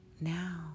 now